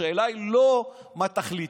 השאלה היא לא מה תחליטו.